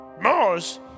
Mars